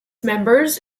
members